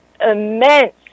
immense